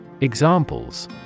Examples